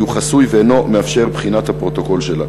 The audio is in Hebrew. הוא חסוי ואינו מאפשר בחינת הפרוטוקול שלה.